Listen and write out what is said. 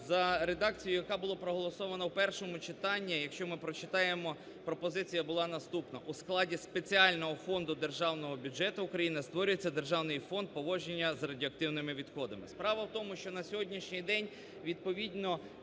За редакцією, яка була проголосована в першому читанні, якщо ми прочитаємо, пропозиція була наступна: "У складі спеціального фонду державного бюджету України створюється державний фонд поводження з радіоактивними відходами". Справа в тому, що на сьогоднішній день відповідно